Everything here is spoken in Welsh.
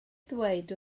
ddweud